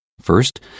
First